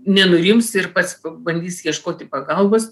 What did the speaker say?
nenurims ir pats pabandys ieškoti pagalbos